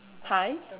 hi